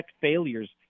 failures